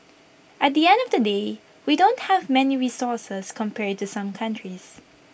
at the end of the day we don't have many resources compared to some countries